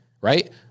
Right